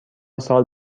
سال